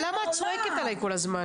אבל למה את צועקת עליי כל הזמן.